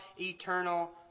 eternal